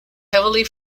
heavily